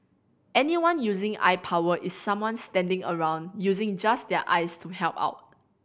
anyone using eye power is someone standing around using just their eyes to help out